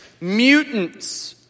mutants